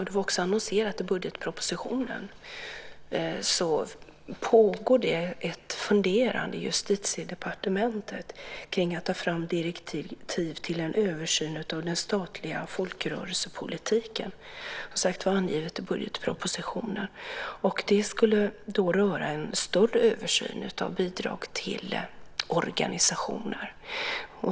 Det annonserades i budgetpropositionen, och det pågår också just nu ett funderande i Justitiedepartementet om att ta fram direktiv till en översyn av den statliga folkrörelsepolitiken. Det skulle röra en större översyn av bidrag till organisationer.